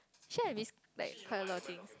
actually like this like quite a lot of thing